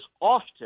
often